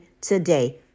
today